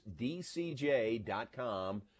DCJ.com